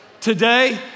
today